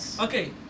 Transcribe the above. Okay